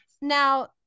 now